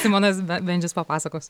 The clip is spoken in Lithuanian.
simonas bendžius papasakos